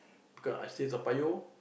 because I stay Toa Payoh